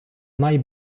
най